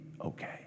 okay